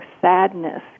sadness